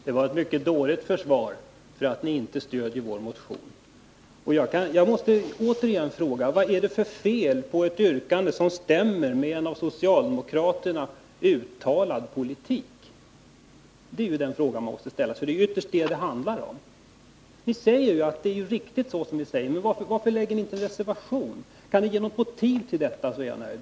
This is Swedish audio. Fru talman! Det var ett mycket dåligt försvar för att ni inte stöder vår motion. Jag måste återigen fråga: Vad är det för fel på ett yrkande som stämmer med en av socialdemokraterna uttalad politik? Det är den frågan man måste ställa, för det är ytterst den det handlar om. Ni medger ju att det vi säger är riktigt, men varför avger ni inte en reservation? Kan ni ge någon motivering för detta, så är jag nöjd.